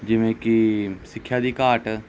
ਜਿਵੇਂ ਕਿ ਸਿੱਖਿਆ ਦੀ ਘਾਟ